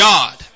God